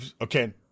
okay